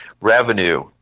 revenue